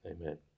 amen